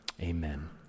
Amen